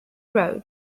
road